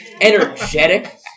energetic